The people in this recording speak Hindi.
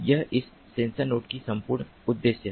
यह इस सेंसर नोड का संपूर्ण उद्देश्य है